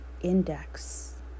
Index